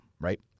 right